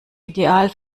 ideal